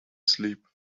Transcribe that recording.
sleep